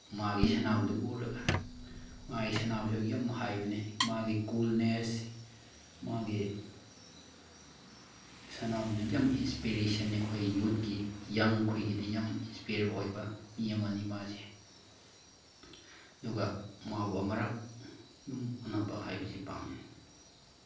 ꯃꯥꯒꯤ ꯁꯥꯟꯅꯕꯗꯨ ꯎꯔꯒ ꯃꯥꯏ ꯁꯥꯟꯅꯕꯁꯤ ꯌꯥꯝ ꯍꯥꯏꯕꯅꯦ ꯃꯥꯒꯤ ꯀꯨꯜꯅꯦꯁ ꯃꯥꯒꯤ ꯁꯥꯟꯅꯕꯗ ꯌꯥꯝ ꯏꯟꯁꯄꯤꯔꯦꯁꯟꯅꯦ ꯑꯩꯈꯣꯏ ꯌꯨꯠꯀꯤ ꯌꯪ ꯈꯣꯏꯒꯤꯗꯤ ꯌꯥꯝ ꯏꯟꯁꯄꯤꯌꯥꯔ ꯑꯣꯏꯕ ꯃꯤ ꯑꯃꯅꯤ ꯃꯥꯁꯤ ꯑꯗꯨꯒ ꯃꯥꯕꯨ ꯑꯃꯨꯔꯛ ꯑꯗꯨꯝ ꯎꯅꯕ ꯍꯥꯏꯕꯁꯤ ꯄꯥꯝꯃꯤ